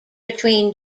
between